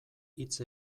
hitz